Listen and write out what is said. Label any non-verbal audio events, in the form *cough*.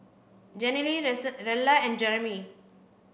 Jenilee *unintelligible* Rella and Jeremy